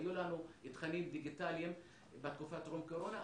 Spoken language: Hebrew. היו לנו תכנים דיגיטלית בתקופת הטרום קורונה,